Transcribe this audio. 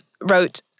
wrote